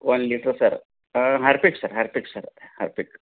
ಒಂದು litre sir Harpic sir Harpic sir Harpic